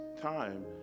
time